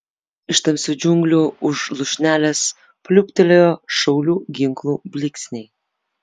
iš tamsių džiunglių už lūšnelės pliūptelėjo šaulių ginklų blyksniai